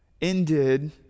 ended